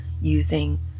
using